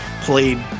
played